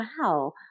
Wow